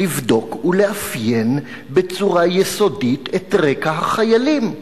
לבדוק ולאפיין בצורה יסודית את רקע החיילים,